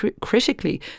Critically